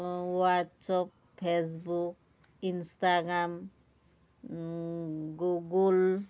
WhatsApp Facebook Instagram Google